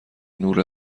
نور